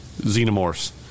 xenomorphs